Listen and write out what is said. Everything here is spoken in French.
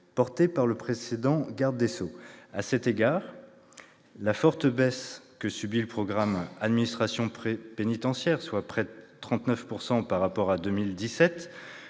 portée par le précédent garde des sceaux. À cet égard, la forte baisse que subit le programme « Administration pénitentiaire », baisse de près de 39 % par rapport à 2017,